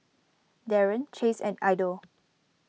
Daren Chase and Idell